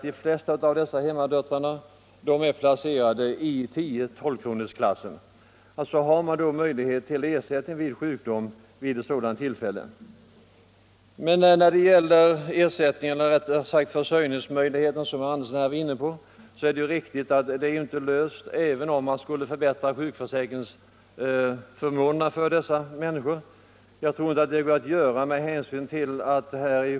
De flesta av hemmadöttrarna har en sjukpenning på 10-12 kr. och har följaktligen möjlighet till ersättning vid sjukdom. Frågan om hemmadöttrarnas försörjningsmöjligheter blir dock, som herr Andersson i Nybro berörde, inte löst om man skulle förbättra deras sjukförsäkringsförmåner.